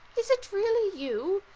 is it really you?